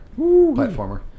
platformer